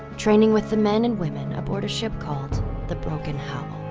training with the men and women aboard a ship called the broken howl.